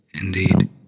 Indeed